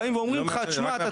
באים ואומרים לך תשמע,